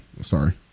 Sorry